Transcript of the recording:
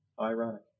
ironic